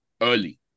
early